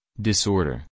disorder